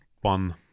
one